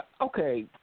Okay